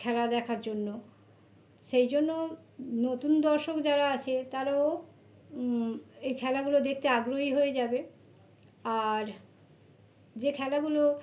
খেলা দেখার জন্য সেই জন্য নতুন দর্শক যারা আছে তারাও এই খেলাগুলো দেখতে আগ্রহী হয়ে যাবে আর যে খেলাগুলো